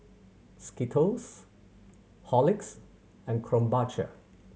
Skittles Horlicks and Krombacher